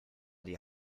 die